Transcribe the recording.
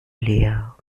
leer